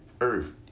earth